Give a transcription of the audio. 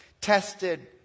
tested